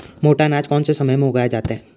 मोटा अनाज कौन से समय में उगाया जाता है?